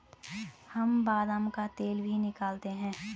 हम बादाम का तेल भी निकालते हैं